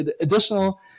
additional